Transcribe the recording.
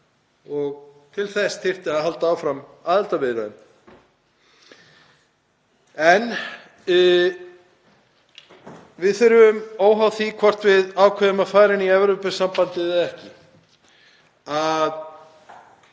til þess þyrfti að halda áfram aðildarviðræðum. En við þurfum, óháð því hvort við ákveðum að fara inn í Evrópusambandið eða